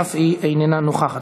אף היא איננה נוכחת.